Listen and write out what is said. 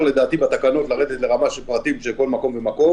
לדעתי בתקנות לרדת לרמה של פרטים של כל מקום ומקום.